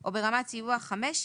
או ברמת סיוע 5,